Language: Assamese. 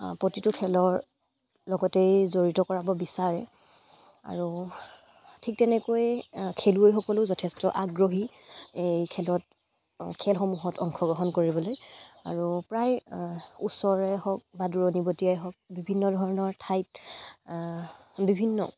প্ৰতিটো খেলৰ লগতেই জড়িত কৰাব বিচাৰে আৰু ঠিক তেনেকৈ খেলুৱৈসকলেও যথেষ্ট আগ্ৰহী এই খেলত খেলসমূহত অংশগ্ৰহণ কৰিবলৈ আৰু প্ৰায় ওচৰৰে হওক বা দূৰণিবটিয়া হওক বিভিন্ন ধৰণৰ ঠাইত বিভিন্ন